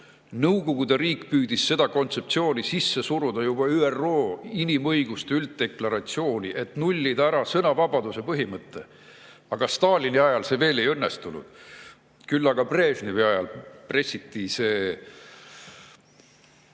Nõukogude riik püüdis seda kontseptsiooni sisse suruda juba ÜRO inimõiguste ülddeklaratsiooni, et nullida ära sõnavabaduse põhimõte. Stalini ajal see veel ei õnnestunud, küll aga Brežnevi ajal pressiti see